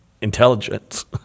intelligence